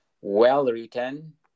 well-written